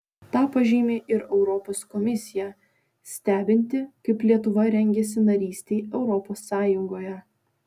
tą pažymi ir europos komisija stebinti kaip lietuva rengiasi narystei europos sąjungoje